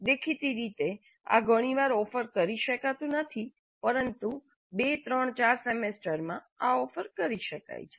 દેખીતી રીતે આ ઘણી વાર ઓફર કરી શકાતું નથી પરંતુ 2 3 4 સેમેસ્ટરમાં આ ઓફર કરી શકાય છે